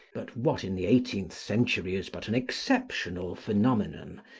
but, what in the eighteenth century is but an exceptional phenomenon,